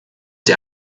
die